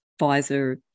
Pfizer